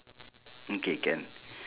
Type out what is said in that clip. okay can